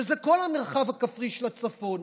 שזה כל המרחב הכפרי של הצפון,